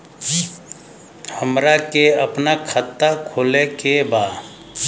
हमरा के अपना खाता खोले के बा?